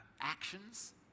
actions